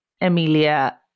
Emilia